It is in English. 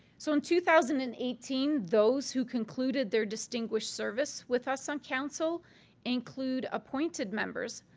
so in two thousand and eighteen, those who concluded their distinguished service with us on council include appointed members,